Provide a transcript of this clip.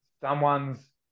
Someone's